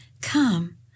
Come